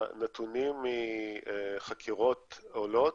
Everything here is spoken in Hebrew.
הנתונים מחקירות עולות.